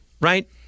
Right